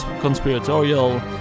conspiratorial